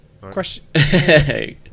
Question